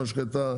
משחטה,